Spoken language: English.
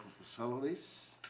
facilities